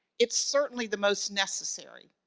it's certainly the most necessary,